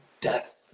death